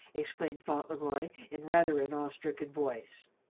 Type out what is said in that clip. exclaimed fauntleroy in rather an awe-stricken voice.